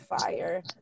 fire